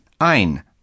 ein